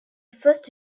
first